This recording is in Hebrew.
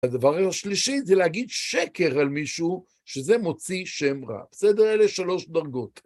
הדבר השלישי זה להגיד שקר על מישהו שזה מוציא שם רע, בסדר? אלה שלוש דרגות.